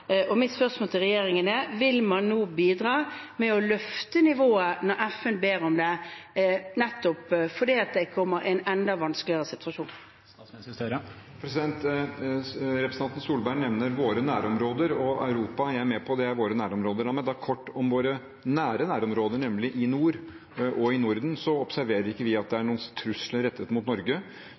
og mitt spørsmål til regjeringen er: Vil man nå bidra med å løfte nivået når FN ber om det, nettopp fordi det kommer en enda vanskeligere situasjon? Representanten Solberg nevner våre nærområder og Europa. Jeg er med på at det er våre nærområder, men kort om våre nære nærområder, nemlig i nord og i Norden: Der observerer vi ikke at det er noen trusler rettet mot Norge.